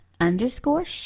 underscore